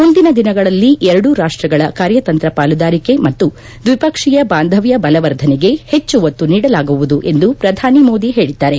ಮುಂದಿನ ದಿನಗಳಲ್ಲಿ ಎರಡೂ ರಾಷ್ಲಗಳ ಕಾರ್ಯತಂತ್ರ ಪಾಲುದಾರಿಕೆ ಮತ್ತು ದ್ವಿಪಕ್ಷೀಯ ಬಾಂಧವ್ಯ ಬಲವರ್ಧನೆಗೆ ಹೆಚ್ಚು ಒತ್ತು ನೀಡಲಾಗುವುದು ಎಂದು ಪ್ರಧಾನಿ ಮೋದಿ ಹೇಳದ್ದಾರೆ